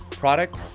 product,